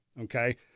Okay